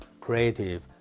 creative